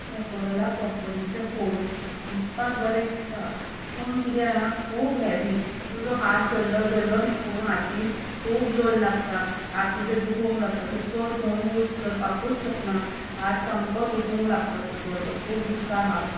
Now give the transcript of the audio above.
Motorola कंपनीचे phone दिसपाक बरे दिसता पूण कितें जाणां खूब हॅवी तुजो हात धरलो न्हय फोन हातींत खूब जड लागता हात तुजे दुकूंक लागता तूं चड फोन यूझ करपाकूच शकना हात सामको दुकूंक लागता तुजो खूब दुकता हात